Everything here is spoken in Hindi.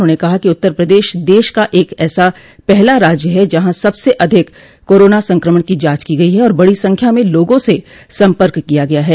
उन्होंने कहा कि उत्तर प्रदेश देश का ऐसा पहला राज्य है जहां सबसे अधिक कोरोना संक्रमण की जांच की गयी है और बड़ी संख्या में लोगों से सम्पर्क किया गया है